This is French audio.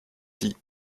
dix